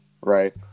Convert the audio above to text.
right